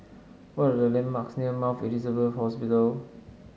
what are the landmarks near Mount Elizabeth Hospital